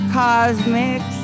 cosmic